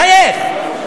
לחייך.